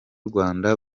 rwanda